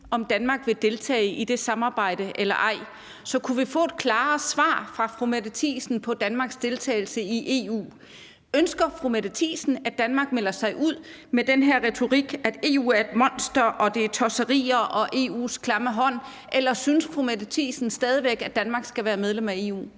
om Danmark vil deltage i det samarbejde eller ej, så kunne vi få et klarere svar fra fru Mette Thiesen vedrørende Danmarks deltagelse i EU? Ønsker fru Mette Thiesen – med den her retorik om, at EU er et monster, at det er tosserier, og om EU's klamme hånd – at Danmark melder sig ud? Eller synes fru Mette Thiesen stadig væk, at Danmark skal være medlem af EU?